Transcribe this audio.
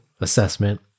assessment